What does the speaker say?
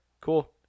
cool